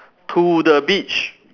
to the beach